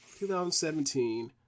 2017